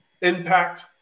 impact